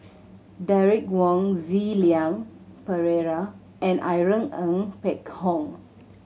Derek Wong Zi Liang Pereira and Irene Ng Phek Hoong